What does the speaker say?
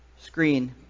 screen